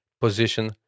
position